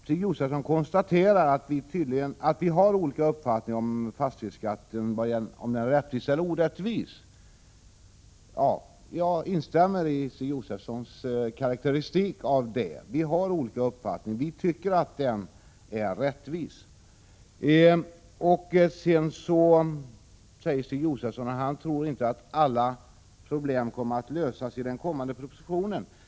Stig Josefson konstaterar att vi har olika uppfattning om huruvida fastighetsskatten är rättvis eller orättvis. Jag instämmer i Stig Josefsons karakteristik att vi har olika uppfattningar. Vi tycker att fastighetsskatten är rättvis. Vidare tror Stig Josefson att alla problem inte kommer att lösas i den kommande propositionen.